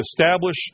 establish